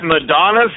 Madonna